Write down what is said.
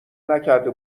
نکرده